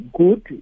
good